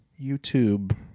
YouTube